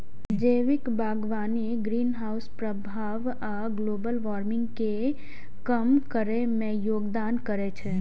जैविक बागवानी ग्रीनहाउस प्रभाव आ ग्लोबल वार्मिंग कें कम करै मे योगदान करै छै